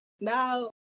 Now